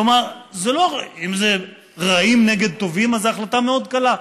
כלומר, אם זה רעים נגד טובים, אז ההחלטה מאוד קלה.